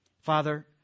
Father